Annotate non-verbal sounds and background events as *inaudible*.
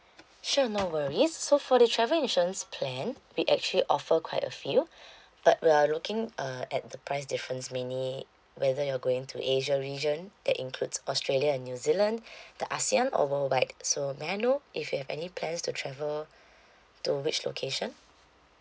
sure no worries so for the travel insurance plan we actually offer quite a few *breath* but we are looking uh at the price difference mainly whether you're going to asia region that includes australia and new zealand *breath* the ASEAN or worldwide so may I know if you have any plans to travel to which location